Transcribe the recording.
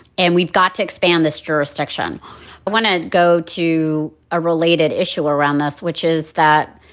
and we've got to expand this jurisdiction. i want to go to a related issue around this, which is that,